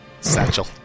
Satchel